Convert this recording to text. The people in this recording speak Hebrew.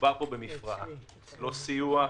זה הלוואה, לא סיוע.